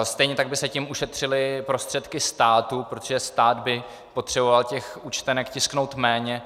Stejně tak by se tím ušetřily prostředky státu, protože stát by potřeboval těch účtenek tisknout méně.